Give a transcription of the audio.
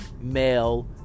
male